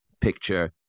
picture